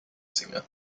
singer